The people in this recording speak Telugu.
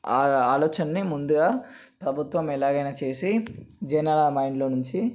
ఆ ఆలోచనని ముందుగా ప్రభుత్వం ఎలాగైనా చేసి జనాల మైండ్లో నుంచి